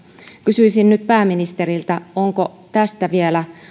kysyisin nyt pääministeriltä onko tästä vielä